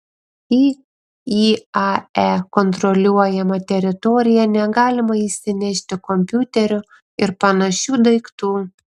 į iae kontroliuojamą teritoriją negalima įsinešti kompiuterių ir panašių daiktų